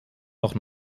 doch